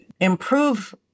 improve